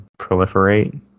proliferate